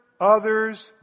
others